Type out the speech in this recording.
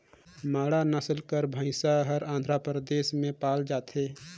मांडा नसल कर भंइस हर आंध्र परदेस में पाल जाथे